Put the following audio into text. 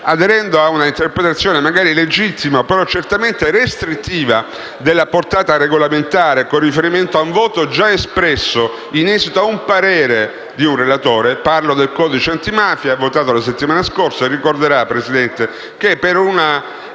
aderito a una interpretazione magari legittima, ma certamente restrittiva, della portata regolamentare, con riferimento a un voto già espresso in esito a un parere del relatore. Mi riferisco al codice antimafia, votato la settimana scorsa. Ricorderà, signor Presidente, che, per un